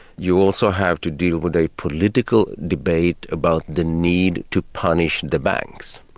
you also have to deal with a political debate about the need to punish the banks.